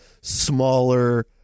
smaller